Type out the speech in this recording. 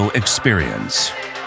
experience